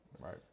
Right